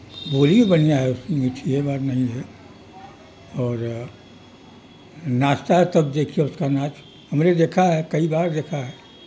بولی بڑھیا ہے اس کی میٹھی نہیں ہے اور ناچتا ہے تب دیکھیے اس کا ناچ ہم نے دیکھا ہے کئی بار دیکھا ہے